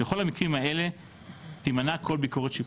בכל המקרים האלה תימנע כל ביקורת שיפוטית.